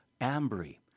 Ambry